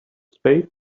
spade